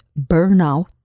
Burnout